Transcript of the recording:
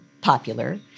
popular